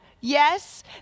yes